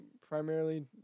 primarily